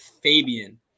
Fabian